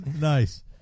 nice